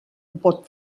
pot